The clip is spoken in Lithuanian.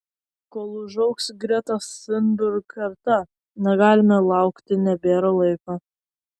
kol užaugs gretos thunberg karta negalime laukti nebėra laiko